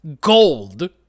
gold